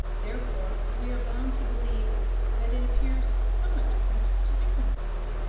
therefore we are bound to believe that it appears somewhat different to different people.